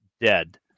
dead